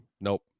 nope